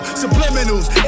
subliminals